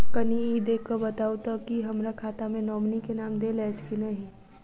कनि ई देख कऽ बताऊ तऽ की हमरा खाता मे नॉमनी केँ नाम देल अछि की नहि?